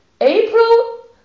April